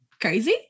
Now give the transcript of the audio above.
crazy